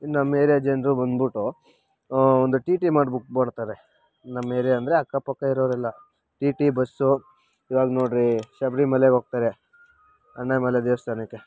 ನಮ್ಮ ಏರಿಯಾ ಜನರು ಬಂದ್ಬಿಟ್ಟು ಒಂದು ಟಿ ಟಿ ಮಾಡಿ ಬುಕ್ ಮಾಡ್ತಾರೆ ನಮ್ಮ ಏರಿಯಾ ಅಂದರೆ ಅಕ್ಕ ಪಕ್ಕ ಇರೋರೆಲ್ಲ ಟಿ ಟಿ ಬಸ್ಸು ಇವಾಗ ನೋಡಿರಿ ಶಬರಿ ಮಲೆಗೆ ಹೋಗ್ತಾರೆ ಅಣ್ಣ ಮಲೆ ದೇವಸ್ಥಾನಕ್ಕೆ